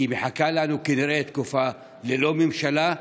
כי מחכה לנו כנראה תקופה ללא ממשלה,